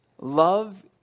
Love